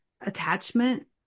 attachment